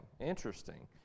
interesting